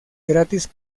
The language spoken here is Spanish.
gratis